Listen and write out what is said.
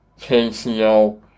KCL